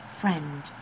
friend